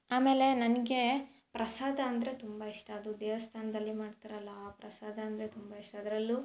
ಆಮೇಲೆ ನನಗೆ ಪ್ರಸಾದ ಅಂದರೆ ತುಂಬ ಇಷ್ಟ ಅದು ದೇವಸ್ಥಾನದಲ್ಲಿ ಮಾಡ್ತಾರಲ್ವ ಆ ಪ್ರಸಾದ ಅಂದರೆ ತುಂಬ ಇಷ್ಟ ಅದರಲ್ಲೂ